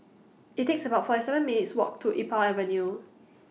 IT IS about forty seven minutes' Walk to Iqbal Avenue